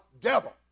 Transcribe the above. devil